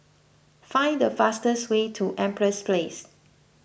find the fastest way to Empress Place